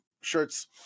shirts